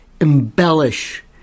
embellish